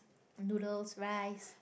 noodles rice